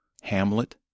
Hamlet